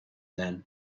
then